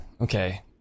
Okay